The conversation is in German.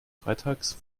freitags